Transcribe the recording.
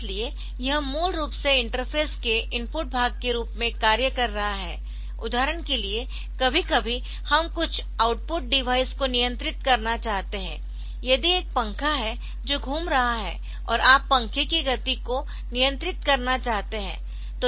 इसलिए यह मूल रूप से इंटरफ़ेस के इनपुट भाग के रूप में कार्य कर रहा है उदाहरण के लिए कभी कभी हम कुछ आउटपुट डिवाइस को नियंत्रित करना चाहते है यदि एक पंखा है जो घूम रहा है और आप पंखे की गति को नियंत्रित करना चाहते है